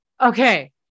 Okay